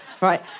Right